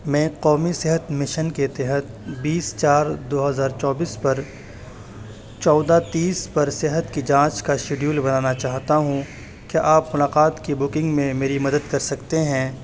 میں قومی صحت مشن کے تحت بیس چار دو ہزار چوبیس پر چودہ تیس پر صحت کی جانچ کا شیڈول بنانا چاہتا ہوں کیا آپ ملاقات کی بکنگ میں میری مدد کر سکتے ہیں